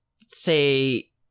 say